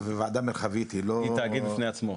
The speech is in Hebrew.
וועדה מרחבית היא לא --- היא תאגיד בפני עצמו.